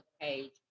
page